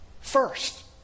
First